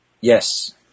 Yes